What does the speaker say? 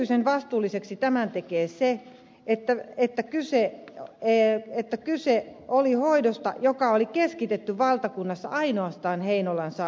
erityisen vastuulliseksi tämän tekee se että että kyse on se että kyse oli hoidosta joka oli keskitetty valtakunnassa ainoastaan heinolan reumasairaalaan